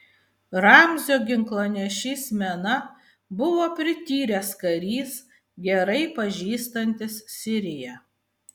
ramzio ginklanešys mena buvo prityręs karys gerai pažįstantis siriją